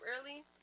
early